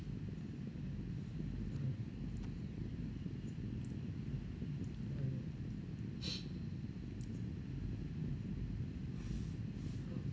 mm mm